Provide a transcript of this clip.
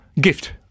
gift